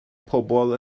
pobl